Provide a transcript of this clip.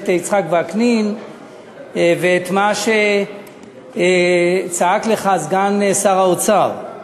יצחק וקנין ואת מה שצעק לך סגן שר האוצר.